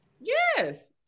Yes